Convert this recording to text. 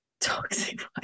Toxic